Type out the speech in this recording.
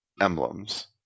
emblems